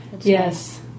Yes